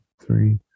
three